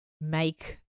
make